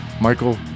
Michael